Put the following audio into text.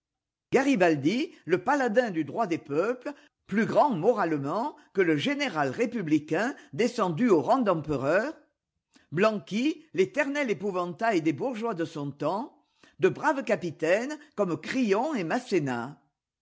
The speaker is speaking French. garibaldi le paladin du droit des peuples plus grand moralement que le général républicain descendu au rang d'empereur blanqui l'éternel épouvantail des bourgeois de son temps de braves